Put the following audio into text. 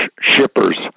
shippers